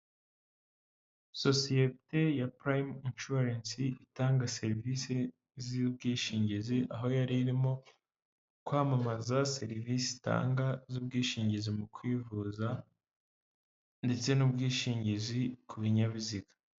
Sosiyete ya purayimu inshuwarensi, itanga serivisi z'ubwishingizi, aho yari irimo kwamamaza serivisi itanga z'ubwishingizi mu kwivuza, ndetse n'ubwishingizi ku binyabiziga.